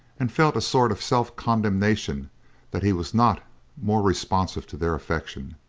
and felt a sort of self-condemnation that he was not more responsive to their affection.